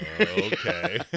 Okay